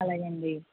అలాగే అండి